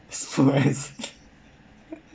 smoke ex~